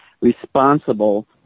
responsible